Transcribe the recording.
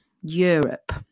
Europe